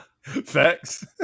Facts